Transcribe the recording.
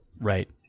Right